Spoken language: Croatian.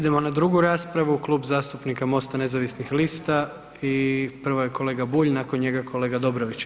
Idemo na drugu raspravu, Klub zastupnika MOST-a nezavisnih lista i prvo je kolega Bulj, nakon njega kolega Dobrović.